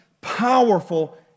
powerful